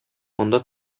анда